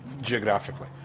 geographically